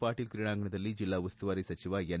ಪಾಟೀಲ್ ಕ್ರೀಡಾಂಗಣದಲ್ಲಿ ಜಿಲ್ಲಾಉಸ್ತುವಾರಿ ಸಚಿವ ಎನ್